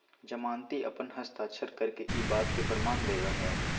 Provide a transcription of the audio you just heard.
जमानती अपन हस्ताक्षर करके ई बात के प्रमाण देवा हई